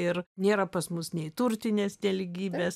ir nėra pas mus nei turtinės nelygybės